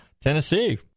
tennessee